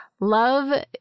love